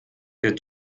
der